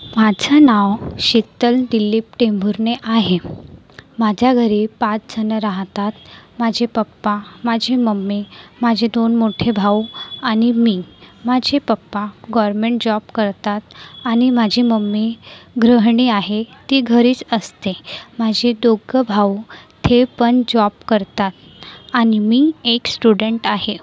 माझं नाव शीतल दिलीप टेंभुर्ने आहे माझ्या घरी पाचजणं राहतात माझे पप्पा माझी मम्मी माझे दोन मोठे भाऊ आणि मी माझे पप्पा गोरमेण जॉब करतात आणि माझी मम्मी गृहिणी आहे ती घरीच असते माझे दोघं भाऊ ते पण जॉब करतात आणि मी एक स्टुडंट आहे